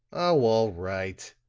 oh, all right,